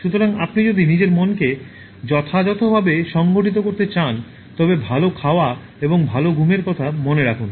সুতরাং আপনি যদি নিজের মনকে যথাযথভাবে সংগঠিত করতে চান তবে ভাল খাওয়া এবং ভাল ঘুমের কথা মনে রাখুন